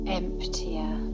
emptier